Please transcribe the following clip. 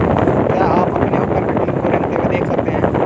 क्या आप अपने ऊपर खटमल को रेंगते हुए देख सकते हैं?